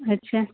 અચ્છા